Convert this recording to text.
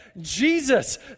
Jesus